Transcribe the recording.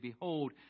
Behold